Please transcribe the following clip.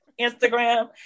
Instagram